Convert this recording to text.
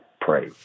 pray